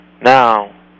Now